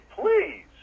please